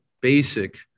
basic